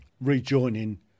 rejoining